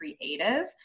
creative